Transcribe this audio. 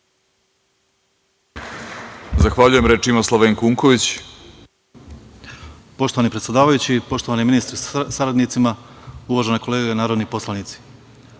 Izvolite. **Slavenko Unković** Poštovani predsedavajući, poštovani ministre sa saradnicima, uvažene kolege narodni poslanici,